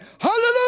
Hallelujah